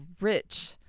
rich